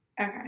Okay